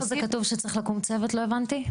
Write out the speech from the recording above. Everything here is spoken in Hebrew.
איפה זה כתוב שצריך לקום צוות, לא הבנתי?